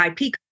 IP